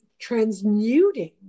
transmuting